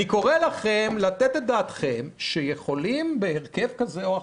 אני קורא לכם לתת את דעתכם שיכולים בהרכב כזה או אחר,